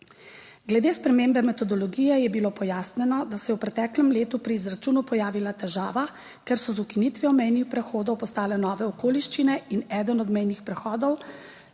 Glede spremembe metodologije je bilo pojasnjeno, da se je v preteklem letu pri izračunu pojavila težava, ker so z ukinitvijo mejnih prehodov postale nove okoliščine in eden od mejnih prehodov